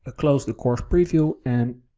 ah close the course preview and